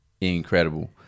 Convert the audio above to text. incredible